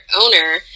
owner